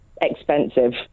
Expensive